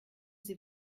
sie